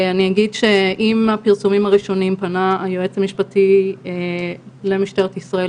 אני אגיד שעם הפרסומים הראשוניים פנה היועץ המשפטי למשטרת ישראל,